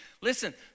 listen